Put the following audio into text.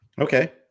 Okay